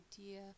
idea